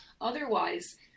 otherwise